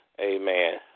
Amen